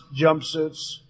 jumpsuits